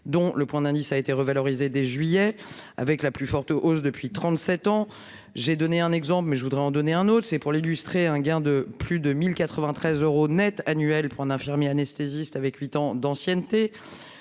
dont le point d'indice a été revalorisé dès juillet avec la plus forte hausse depuis 37 ans, j'ai donné un exemple mais je voudrais en donner un autre c'est pour l'illustrer un gain de plus de 1093 euros nets annuels pour un infirmier anesthésiste avec 8 ans d'ancienneté.